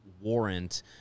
warrant